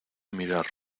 mirar